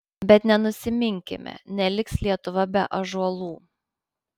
bet nenusiminkime neliks lietuva be ąžuolų